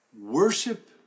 Worship